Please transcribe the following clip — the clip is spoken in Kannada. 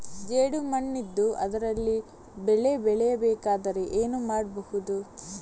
ಜೇಡು ಮಣ್ಣಿದ್ದು ಅದರಲ್ಲಿ ಬೆಳೆ ಬೆಳೆಯಬೇಕಾದರೆ ಏನು ಮಾಡ್ಬಹುದು?